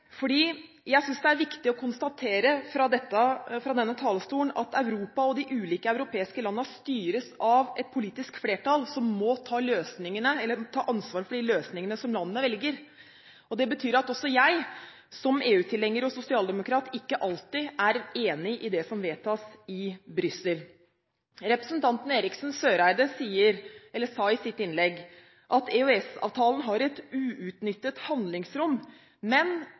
jeg synes det er viktig å konstatere fra denne talerstolen at Europa og de ulike europeiske landene styres av et politisk flertall som må ta ansvar for de løsningene som landene velger. Det betyr at også jeg, som EU-tilhenger og sosialdemokrat, ikke alltid er enig i det som vedtas i Brussel. Representanten Eriksen Søreide sa i sitt innlegg at EØS-avtalen har et «uutnyttet handlingsrom», men